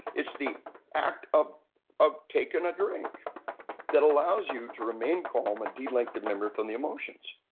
it's the act of of taking a drink that allows you to remain calm and de-link the memory from the emotions.